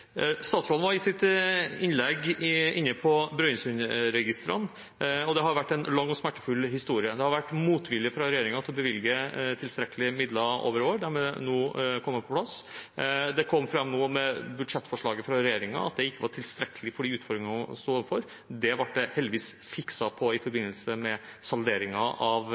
Statsråden var i sitt innlegg inne på Brønnøysundregistrene, og dette har vært en lang og smertefull historie. Det har vært motvilje fra regjeringen til å bevilge tilstrekkelige midler over år. Disse er nå kommet på plass. Med budsjettforslaget fra regjeringen kom det fram at det ikke var tilstrekkelig for de utfordringene man stod overfor. Det ble det heldigvis fikset på i forbindelse med salderingen av